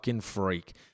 freak